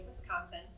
Wisconsin